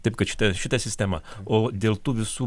taip kad šita šita sistema o dėl tų visų